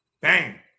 bang